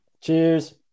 cheers